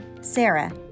Sarah